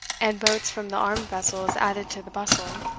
and boats from the armed vessels added to the bustle,